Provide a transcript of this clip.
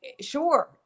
Sure